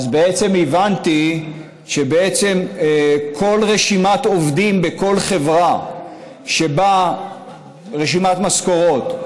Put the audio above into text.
אז בעצם הבנתי שבעצם כל רשימת עובדים בכל חברה שבה יש רשימת משכורות,